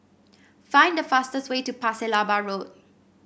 find the fastest way to Pasir Laba Road